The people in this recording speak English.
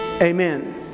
Amen